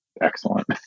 excellent